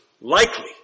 likely